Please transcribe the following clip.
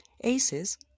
ACEs